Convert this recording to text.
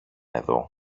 εδώ